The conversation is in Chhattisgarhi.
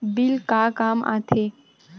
बिल का काम आ थे?